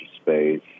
space